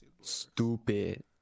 Stupid